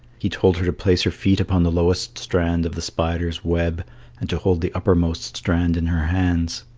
he told her to place her feet upon the lowest strand of the spider's web and to hold the uppermost strand in her hands.